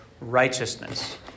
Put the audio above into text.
Righteousness